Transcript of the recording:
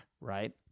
right